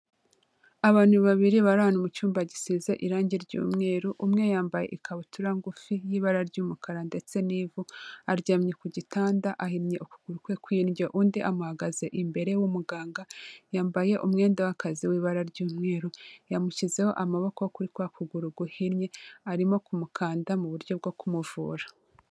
Abantu babiri bari ahantu mu cyumba gisize irange ry'umweru, umwe yambaye ikabutura ngufi y'ibara ry'umukara ndetse n'ivu, aryamye ku gitanda ahinnye ukuguru kwe kw'indyo, undi amuhagaze imbere w'umuganga, yambaye umwenda w'akazi w'ibara ry'umweru, yamushyizeho amaboko kuri kwa kuguru guhinnye, arimo kumukanda mu buryo bwo kumuvura.